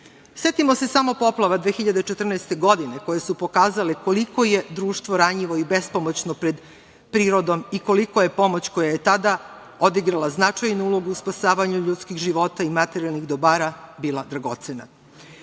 se samo poplava 2014. godine koje su pokazale koliko je društvo ranjivo i bespomoćno pred prirodom i koliko je pomoć koja je tada odigrala značajnu ulogu u spasavanju ljudskih života i materijalnih dobara bila dragocena. Prirodne